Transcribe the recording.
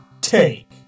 take